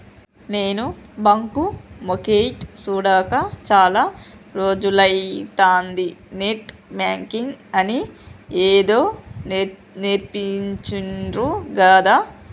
నేను బాంకు మొకేయ్ సూడక చాల రోజులైతంది, నెట్ బాంకింగ్ అని ఏదో నేర్పించిండ్రు గదా